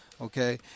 okay